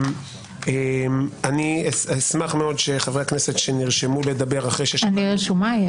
אני אשמח מאוד שחברי הכנסת שנרשמו לדבר, יתייחסו.